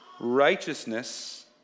Righteousness